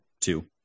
two